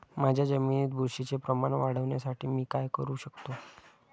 माझ्या जमिनीत बुरशीचे प्रमाण वाढवण्यासाठी मी काय करू शकतो?